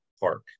Park